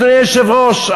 אדוני היושב-ראש,